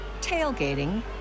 tailgating